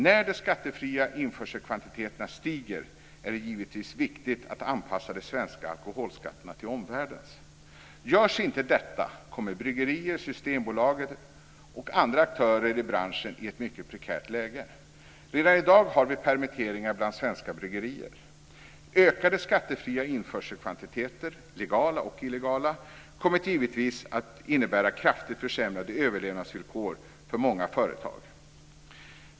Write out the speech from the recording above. När de skattefria införselkvantiteterna stiger är det givetvis viktigt att anpassa de svenska alkoholskatterna till omvärldens. Görs inte detta kommer bryggerier, Systembolaget och andra aktörer i branschen i ett mycket prekärt läge. Redan i dag har vi permitteringar bland svenska bryggerier. Ökade skattefria införselkvantiteter, legala och illegala, kommer givetvis att innebära kraftigt försämrade överlevnadsvillkor för många företag.